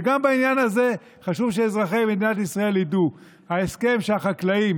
וגם בעניין הזה חשוב שאזרחי מדינת ישראל ידעו: ההסכם שהחקלאים